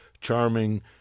charming